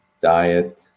diet